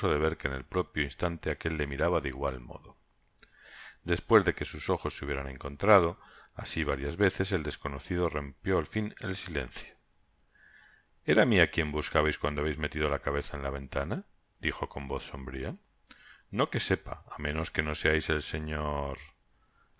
que en el propio instante aquel le miraba de igual modo despues que sus ojos se hubieron encontrado asi varias veces el desconocido rompió al fin el silencio era á mi á quién buscabais cuando habeis metido la cabeza en la ventana dijo con voz sombria no que sepa á menos que no seais el señor